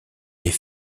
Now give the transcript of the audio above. est